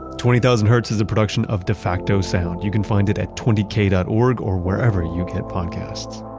twenty thousand hertz is a production of defacto sound. you can find it at twenty k dot org or wherever you get podcasts.